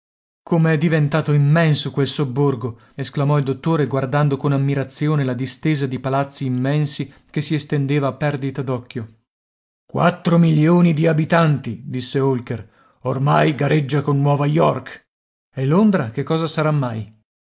è diventato immenso quel sobborgo esclamò il dottore guardando con ammirazione la distesa di palazzi immensi che si estendeva a perdita d'occhio quattro milioni di abitanti disse holker ormai gareggia con nuova york e londra che cosa sarà mai